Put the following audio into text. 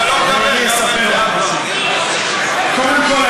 קודם כול,